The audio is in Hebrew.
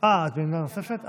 עמדה נוספת?